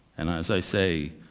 and, as i say,